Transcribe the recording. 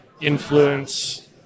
influence